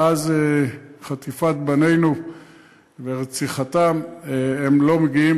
מאז חטיפת בנינו ורציחתם הם לא מגיעים,